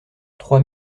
trois